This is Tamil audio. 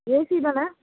ஏசி தானே